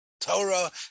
Torah